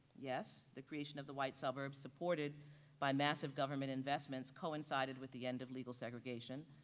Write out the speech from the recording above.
yes, the creation of the white suburbs supported by massive government investments coincided with the end of legal segregation,